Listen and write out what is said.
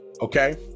okay